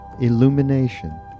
illumination